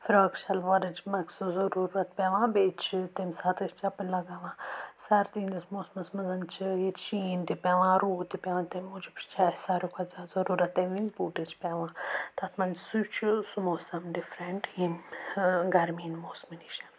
فراق شَلوارٕچ مَخصوٗص ضروٗرت پیٚوان بیٚیہِ چھِ تَمہِ ساتہٕ أسۍ چَپٕنۍ لَگاوان سَردی ہِنٛدِس موسمَس منٛز چھُ ییٚتہِ شیٖن تہِ پیٚوان روٗد تہِ پیٚوان تَمہِ موٗجوٗب چھِ اسہِ ساروٕے کھۄتہٕ زیادٕ ضروٗرت تَمہِ وِزۍ بوٗٹٕچ پیٚوان تَتھ منٛز سُہ چھُ سُہ موسَم ڈِفریٚنٛٹ ییٚمہِ ٲں گرمی ہنٛدۍ موسمہٕ نِش